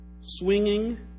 swinging